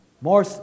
More